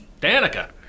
Danica